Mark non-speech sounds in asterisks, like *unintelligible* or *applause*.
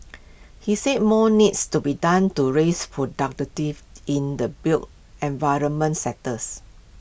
he said more needs to be done to raise *unintelligible* in the built environment sectors